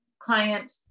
Client